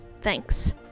thanks